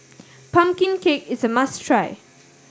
pumpkin cake is a must try